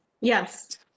Yes